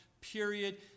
period